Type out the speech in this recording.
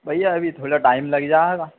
भैया अभी थोड़ा टाइम लग जाएगा